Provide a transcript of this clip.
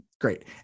Great